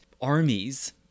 armies